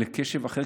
לקשב אחר,